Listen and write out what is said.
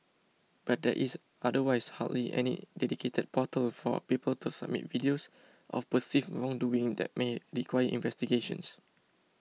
but there is otherwise hardly any dedicated portal for people to submit videos of perceived wrongdoing that may require investigations